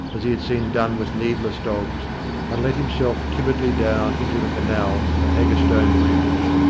as he had seen done with needless dogs, and let himself timidly down into the canal at haggerstone bridge.